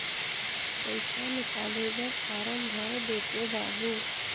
पइसा निकाले बर फारम भर देते बाबु?